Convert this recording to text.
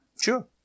Sure